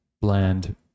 bland